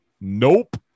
nope